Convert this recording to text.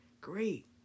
great